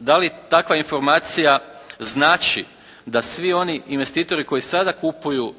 Da li takva informacija znači da svi oni investitori koji sada kupuju